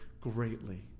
greatly